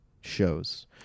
shows